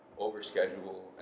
over-schedule